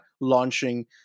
launching